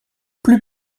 plus